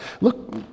Look